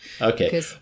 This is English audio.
Okay